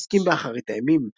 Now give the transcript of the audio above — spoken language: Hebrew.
העוסקים באחרית הימים.